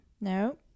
No